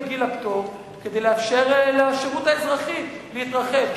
גיל הפטור כדי לאפשר לשירות האזרחי להתרחב,